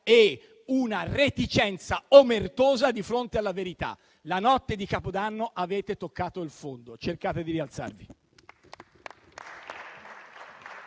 e una reticenza omertosa di fronte alla verità. La notte di Capodanno avete toccato il fondo: